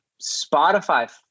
Spotify